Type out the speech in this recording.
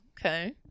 okay